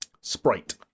Sprite